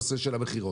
הנושא של המחירון.